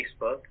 Facebook